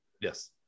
Yes